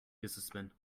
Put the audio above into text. businessmen